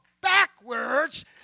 backwards